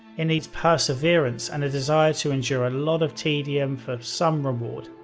it needs perseverance and a desire to endure a lot of tedium for some reward.